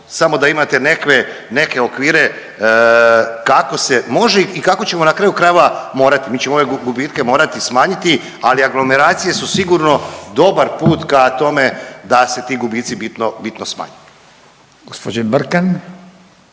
samo da imate neke okvire kako se može i kako ćemo na kraju krajeva morati. Mi ćemo ove gubitke morati smanjiti, ali aglomeracije su sigurno dobar put ka tome da se ti gubici bitno smanje. **Radin,